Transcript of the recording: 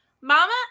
Mama